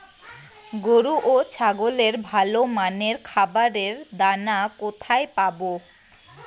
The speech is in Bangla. গরু ও ছাগলের ভালো মানের খাবারের দানা কোথায় পাবো?